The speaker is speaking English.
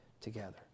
together